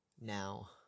now